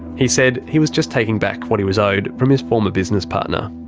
he said he was just taking back what he was owed from his former business partner.